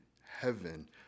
heaven